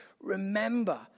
remember